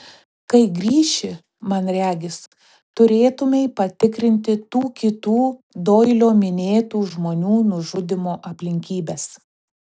kai grįši man regis turėtumei patikrinti tų kitų doilio minėtų žmonių nužudymo aplinkybes